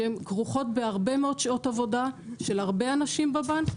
הן כרוכות בהרבה מאוד שעות עבודה של הרבה אנשים בבנק,